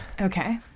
Okay